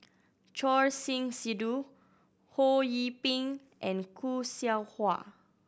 Choor Singh Sidhu Ho Yee Ping and Khoo Seow Hwa